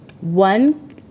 one